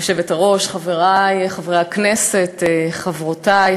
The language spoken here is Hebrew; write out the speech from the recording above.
היושבת-ראש, חברי חברי הכנסת, חברותי,